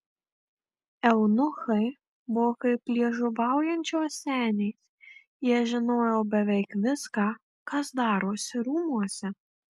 eunuchai buvo kaip liežuvaujančios senės jie žinojo beveik viską kas darosi rūmuose